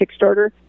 Kickstarter